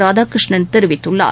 ராதாகிருஷ்ணன் தெரிவித்துள்ளார்